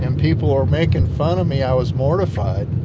and people are making fun of me. i was mortified.